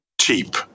cheap